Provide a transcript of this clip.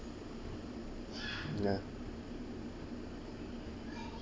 ya